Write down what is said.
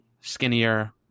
skinnier